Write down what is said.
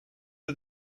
are